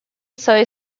soy